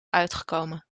uitgekomen